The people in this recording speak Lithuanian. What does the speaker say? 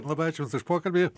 labai ačiū jums už pokalbį